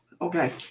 Okay